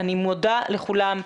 אני מודה לכולם,